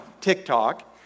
TikTok